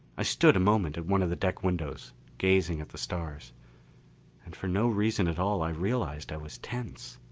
i stood a moment at one of the deck windows, gazing at the stars and for no reason at all i realized i was tense.